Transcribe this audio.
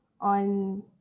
on